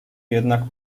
jednak